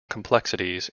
complexities